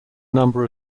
number